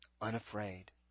unafraid